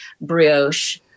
brioche